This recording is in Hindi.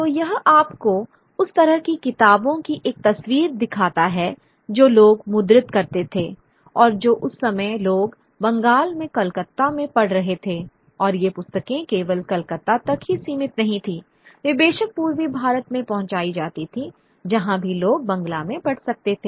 तो यह आपको उस तरह की किताबों की एक तस्वीर दिखाता है जो लोग मुद्रित करते थे और जो उस समय लोग बंगाल में कलकत्ता में पढ़ रहे थे और ये पुस्तकें केवल कलकत्ता तक ही सीमित नहीं थीं वे बेशक पूर्वी भारत में पहुंचाई जाती थीं जहाँ भी लोग बंगला में पढ़ सकते थे